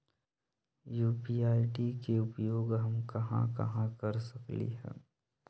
UPI ID के उपयोग हम कहां कहां कर सकली ह?